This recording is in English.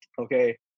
okay